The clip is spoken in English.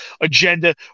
agenda